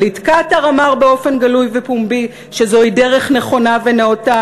שליט קטאר אמר באופן גלוי ופומבי שזוהי דרך נכונה ונאותה.